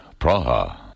Praha